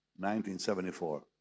1974